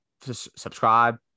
subscribe